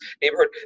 neighborhood